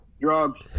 drugs